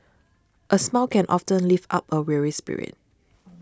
a smile can often lift up a weary spirit